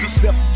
step